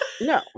No